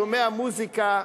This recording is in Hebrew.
שומע מוזיקה,